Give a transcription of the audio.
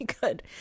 good